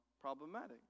problematic